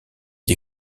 des